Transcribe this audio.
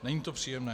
Není to příjemné.